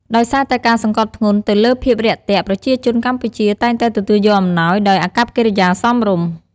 ដោយសារតែការសង្កត់ធ្ងន់ទៅលើភាពរាក់ទាក់ ប្រជាជនកម្ពុជាតែងតែទទួលយកអំណោយដោយអាកប្បកិរិយាសមរម្យ។